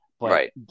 Right